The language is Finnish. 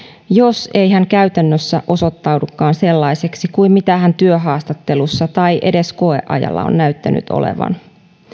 jos ei hän käytännössä osoittaudukaan sellaiseksi kuin millainen hän työhaastattelussa tai edes koeajalla on näyttänyt olevan